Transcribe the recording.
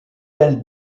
elle